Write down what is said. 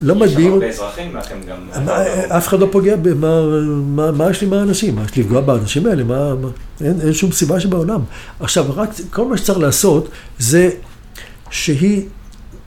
יש שם הרבה אזרחים, אף אחד לא פוגע במה יש אם האנשים, מה יש לי לפגוע באנשים האלה, אין שום סיבה שבעולם. עכשיו, רק, כל מה שצריך לעשות, זה שהיא...